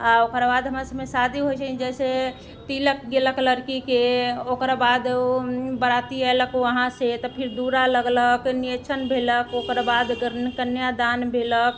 आ ओकर बाद हमरा सबमे शादी होइत छै जैसे तिलक गेलक लड़कीके ओकरा बाद ओ बराती अयलक वहाँ से तऽ फिर दूरा लगलक निरक्षण भेलक ओकर बाद कं कन्यादान भेलक